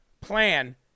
plan